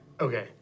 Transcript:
Okay